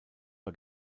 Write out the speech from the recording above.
bei